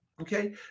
okay